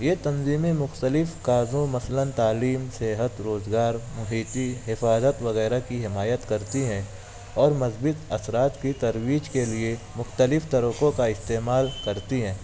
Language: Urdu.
یہ تنظیمیں مختلف کازوں مثلآٓ تعلیم صحت روزگار محیطی حفاظت وغیرہ کی حمایت کرتی ہیں اور مثبت اثرات کی ترویج کے لیے مختلف طروقوں کا استعمال کرتی ہیں